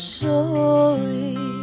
sorry